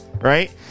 right